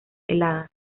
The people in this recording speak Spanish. heladas